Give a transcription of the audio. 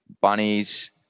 Bunnies